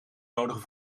nodigen